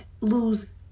lose